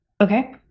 Okay